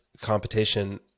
competition